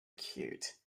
cute